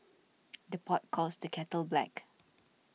the pot calls the kettle black